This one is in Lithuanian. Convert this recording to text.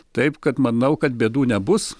taip kad manau kad bėdų nebus